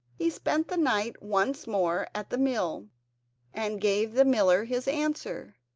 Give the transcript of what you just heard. he spent the night once more at the mill and gave the miller his answer,